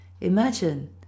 Imagine